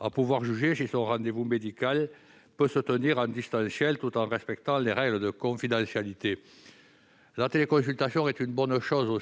à même de juger si son rendez-vous médical peut se tenir à distance tout en respectant les règles de confidentialité. La téléconsultation est une bonne chose.